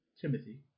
Timothy